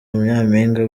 nyampinga